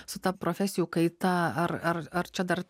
su ta profesijų kaita ar ar ar čia dar